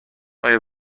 آیا